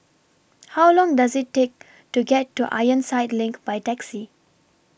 How Long Does IT Take to get to Ironside LINK By Taxi